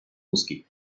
узкий